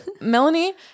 Melanie